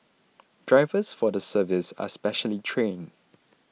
drivers for the service are specially trained